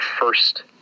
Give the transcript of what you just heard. first